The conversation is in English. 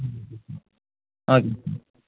okay